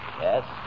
Yes